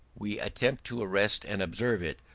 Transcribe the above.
we attempt to arrest and observe it,